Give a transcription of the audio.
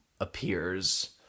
appears